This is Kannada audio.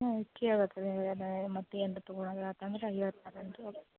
ಹ್ಞೂ ಕೇಳ್ಬೇಕು ರೀ ಅದು ಮತ್ತೆ ಏನಾರ ತೊಗೊಳಂಗಾತಂದ್ರೆ ಹೇಳ್ತ್ನ್